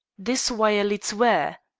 this wire leads where?